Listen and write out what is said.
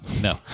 no